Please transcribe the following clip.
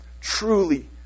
truly